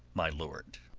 my lord.